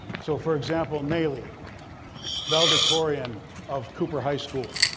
so for example, nayely valedictorian of cooper high school.